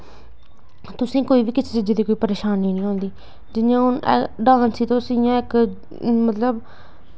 तुसें ई कुसै बी चीजै दी कोई परेशानी निं औंदी जियां हून डांस च तुस इ'यां इक मतलब